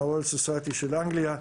עם האקדמיה של אנגליה,